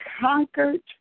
conquered